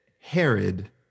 Herod